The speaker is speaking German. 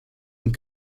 und